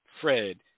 Fred